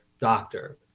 doctor